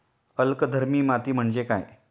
अल्कधर्मी माती म्हणजे काय?